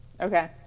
Okay